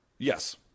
Yes